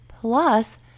Plus